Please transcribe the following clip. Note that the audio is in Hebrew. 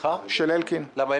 למה?